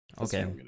Okay